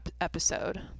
episode